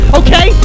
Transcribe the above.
okay